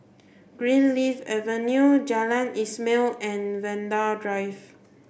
Greenleaf Avenue Jalan Ismail and Vanda Drive